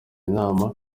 inama